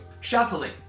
shuffling